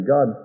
God